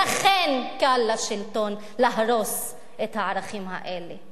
לכן, קל לשלטון להרוס את הערכים האלה.